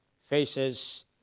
faces